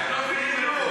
תן בראש.